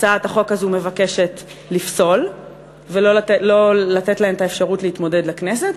הצעת החוק הזו מבקשת לפסול ולא לתת להן את האפשרות להתמודד לכנסת.